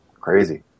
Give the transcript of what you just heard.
Crazy